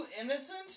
innocent